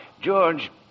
George